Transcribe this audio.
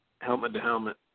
helmet-to-helmet